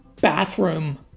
bathroom